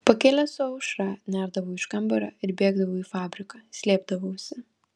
pakilęs su aušra nerdavau iš kambario ir bėgdavau į fabriką slėpdavausi